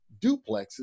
duplexes